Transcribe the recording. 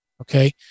okay